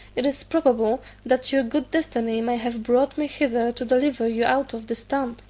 it is probable that your good destiny may have brought me hither to deliver you out of this tomb,